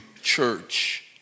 church